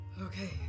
Okay